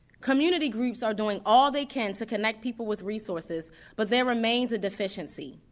community groups are doing all they can to connect people with resources but there remains a deficiency.